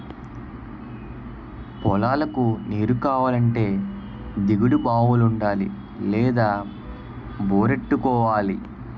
పొలాలకు నీరుకావాలంటే దిగుడు బావులుండాలి లేదా బోరెట్టుకోవాలి